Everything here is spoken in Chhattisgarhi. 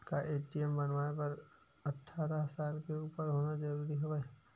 का ए.टी.एम बनवाय बर अट्ठारह साल के उपर होना जरूरी हवय?